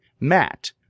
Matt